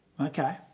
Okay